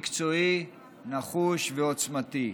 מקצועי, נחוש ועוצמתי.